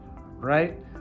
right